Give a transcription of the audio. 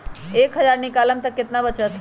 एक हज़ार निकालम त कितना वचत?